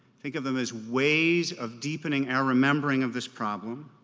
think of them as ways of deepening our remembering of this problem.